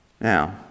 Now